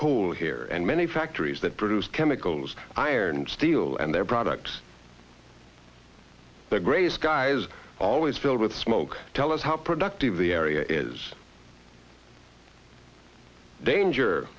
coal here and many factories that produce chemicals iron and steel and their products the gray skies always filled with smoke tell us how productive the area is danger